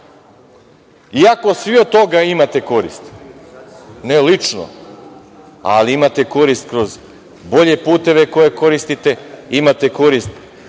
iako svi od toga imate koristi. Ne lično, ali imate korist kroz bolje puteve koje koristite, imate korist